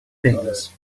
things